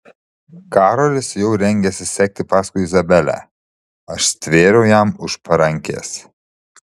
karolis jau rengėsi sekti paskui izabelę aš stvėriau jam už parankės